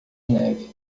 neve